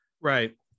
Right